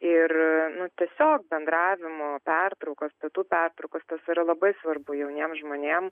ir nu tiesiog bendravimo pertraukos pietų pertraukos tas yra labai svarbu jauniems žmonėms